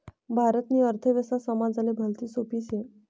भारतनी अर्थव्यवस्था समजाले भलती सोपी शे